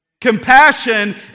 Compassion